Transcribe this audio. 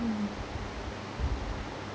mm